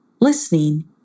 Listening